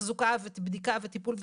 תחזוקה ובדיקה וטיפול בצמיגים.